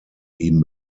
ihm